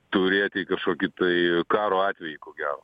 turėti kažkokį tai karo atvejį ko gero